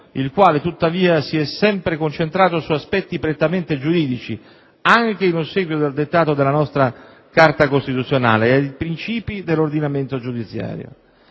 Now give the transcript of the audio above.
il quale tuttavia si è sempre concentrato su aspetti prettamente giuridici anche in ossequio al dettato della nostra Carta costituzionale e ai principi dell'ordinamento giudiziario.